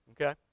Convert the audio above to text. okay